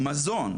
מזון,